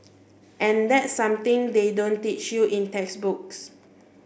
and that's something they don't teach you in textbooks